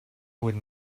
would